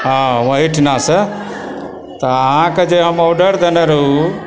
हँ ओहिठिनासँ तऽ अहाँकेँ जे हम ऑर्डर देने रहु